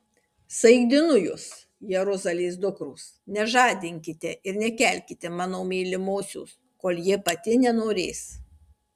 saikdinu jus jeruzalės dukros nežadinkite ir nekelkite mano mylimosios kol ji pati nenorės